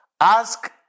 Ask